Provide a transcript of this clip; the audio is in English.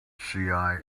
cia